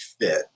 fit